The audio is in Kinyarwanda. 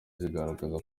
zigaragaza